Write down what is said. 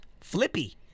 flippy